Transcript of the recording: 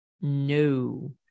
No